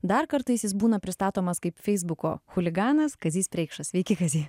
dar kartais būna pristatomas kaip feisbuko chuliganas kazys preikšas sveiki kazy